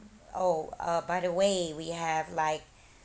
oh uh by the way we have like